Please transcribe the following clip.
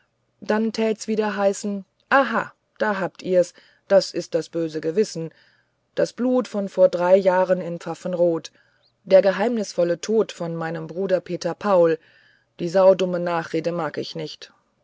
dann tät's wieder heißen aha da habt's ihr's das ist das böse gewissen das blut von vor drei jahren in pfaffenrod der geheimnisvolle tod von meinem bruder peter paul die saudumme nachrede mag ich nicht